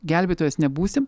gelbėtojas nebūsi